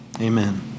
Amen